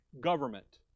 government